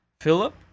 Philip